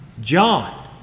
John